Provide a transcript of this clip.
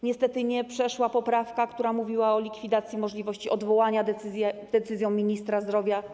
Niestety nie przeszła poprawka, która mówiła o likwidacji możliwości odwołania dyrektora szpitala decyzją ministra zdrowia.